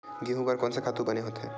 गेहूं बर कोन से खातु बने होथे?